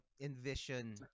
envision